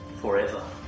Forever